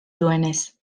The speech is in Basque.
duenez